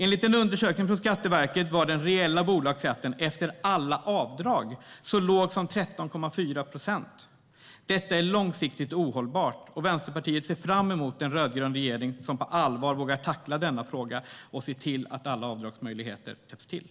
Enligt en undersökning från Skatteverket var den reella bolagsskatten efter alla avdrag så låg som 13,4 procent. Detta är långsiktigt ohållbart, och Vänsterpartiet ser fram emot en rödgrön regering som på allvar vågar tackla denna fråga och se till att alla avdragsmöjligheter täpps till.